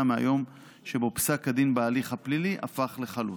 מהיום שבו פסק הדין בהליך הפלילי הפך לחלוט.